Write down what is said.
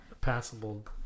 passable